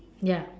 ya